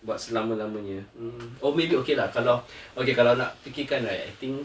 buat selama-lamanya mm oh maybe okay lah kalau okay kalau nak fikirkan right I think